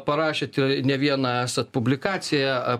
parašėte ne viena esat publikaciją